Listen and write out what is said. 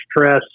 stress